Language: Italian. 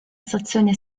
stazione